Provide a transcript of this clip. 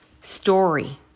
story